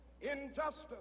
injustice